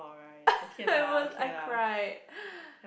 I I cried